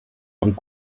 und